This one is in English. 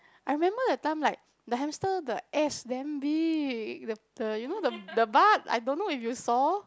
I remember that time like the hamster the ass damn big the the you know the the butt I don't know if you saw